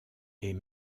est